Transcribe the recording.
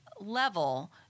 level